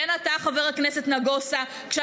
כן,